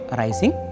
rising